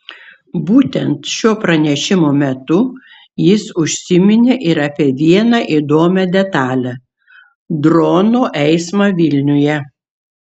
būtent šio pranešimo metu jis užsiminė ir apie vieną įdomią detalę dronų eismą vilniuje